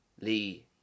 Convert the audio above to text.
Lee